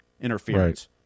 interference